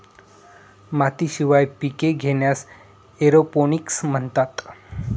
मातीशिवाय पिके घेण्यास एरोपोनिक्स म्हणतात